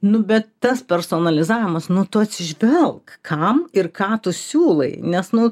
nu bet tas personalizavimas nu tu atsižvelk kam ir ką tu siūlai nes nu